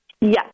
Yes